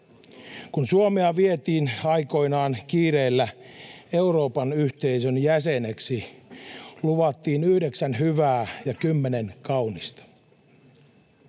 Kun Suomea vietiin aikoinaan kiireellä Euroopan yhteisön jäseneksi, luvattiin yhdeksän hyvää ja kymmenen kaunista.